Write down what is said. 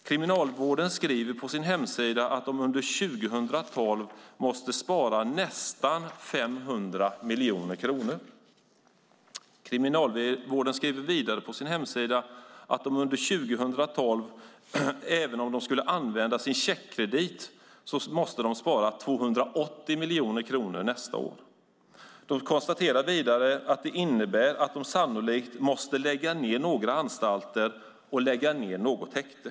Kriminalvården skriver på sin hemsida att de under 2012 måste spara nästan 500 miljoner kronor. De skriver vidare på sin hemsida att de under 2012 måste spara 280 miljoner kronor även om de skulle använda sin checkkredit. Kriminalvården konstaterar vidare att detta innebär att de sannolikt måste lägga ned några anstalter och något häkte.